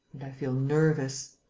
and i feel nervous.